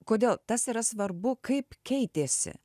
kodėl tas yra svarbu kaip keitėsi